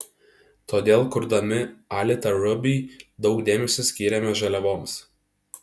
todėl kurdami alita ruby daug dėmesio skyrėme žaliavoms